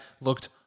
looked